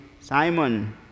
Simon